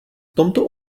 tomto